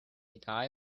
guy